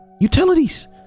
utilities